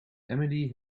emily